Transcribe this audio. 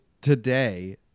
Today